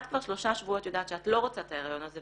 את כבר שלושה שבועות יודעת שאת לא רוצה את ההיריון הזה,